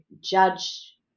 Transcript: judge